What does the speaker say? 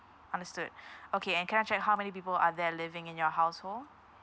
understood okay and can I check how many people are there living in your household